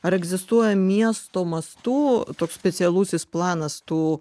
ar egzistuoja miesto mastu toks specialusis planas tų